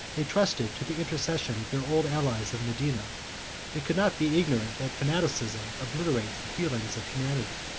they trusted to the intercession of their old allies of medina they could not be ignorant that fanaticism obliterates the feelings of humanity.